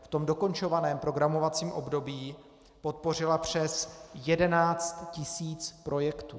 V tom dokončovaném programovacím období podpořila přes 11 tisíc projektů.